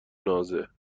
نازه